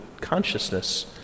consciousness